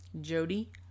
Jody